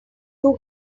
too